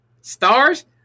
stars